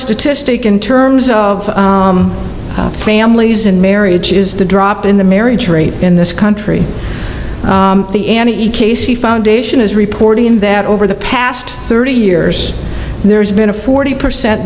statistic in terms of families and marriage is the drop in the marriage rate in this country the any casey foundation is reporting that over the past thirty years there's been a forty percent